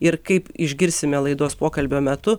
ir kaip išgirsime laidos pokalbio metu